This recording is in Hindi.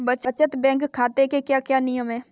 बचत बैंक खाते के क्या क्या नियम हैं?